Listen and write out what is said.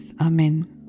Amen